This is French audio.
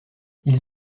ils